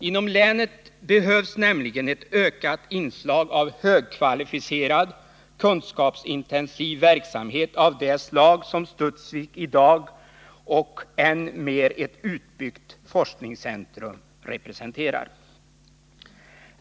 Inom länet behövs nämligen ett ökat inslag av högkvalificerad kunskapsintensiv verksamhet av det slag som Studsvik i dag, och än mer ett utbyggt forskningscentrum, representerar.